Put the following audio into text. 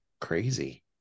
crazy